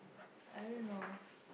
I don't know